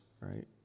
right